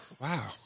Wow